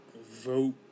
vote